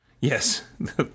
Yes